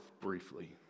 briefly